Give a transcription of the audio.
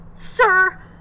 Sir